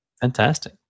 Fantastic